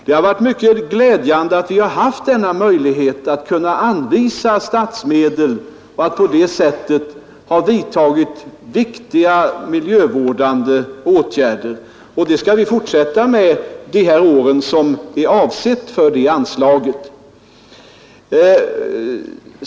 Det har varit mycket glädjande att vi haft möjlighet att anvisa statsmedel så att det kunnat vidtas viktiga miljövårdande åtgärder. Det skall vi fortsätta med under de här åren som anslaget är avsett för.